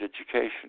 education